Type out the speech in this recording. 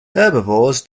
herbivores